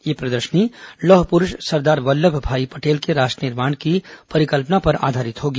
यह प्रदर्शनी लौह पुरूष सरदार वल्लभभाई पटेल के राष्ट्र निर्माण की परिकल्पना पर आधारित होगी